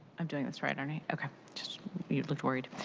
um doing this right, aren't i? you just look worried.